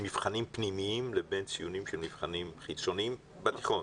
מבחנים פנימיים לבין ציונים של מבחנים חיצוניים בתיכון.